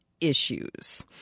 issues